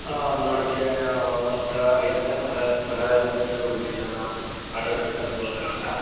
ನೋಡೊಕೇ ಒಂಥರ ಆಯ್ತದೆ ಮನ ಮನೋರಂಜನೆ ಸಿಗ್ತದೆ ಹುಡ್ಗೀರ್ನೆಲ್ಲ ಆಟ ಆಡಿಸ್ಕೊಂಡು ಹೋದಾಗ